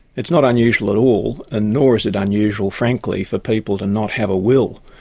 it's not unusual at all, and nor is it unusual, frankly, for people to not have a will,